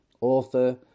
Author